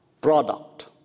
product